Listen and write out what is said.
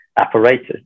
apparatus